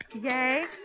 Yay